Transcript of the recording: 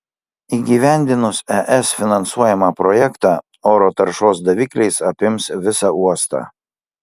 įgyvendinus es finansuojamą projektą oro taršos davikliais apims visą uostą